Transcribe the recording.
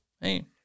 Hey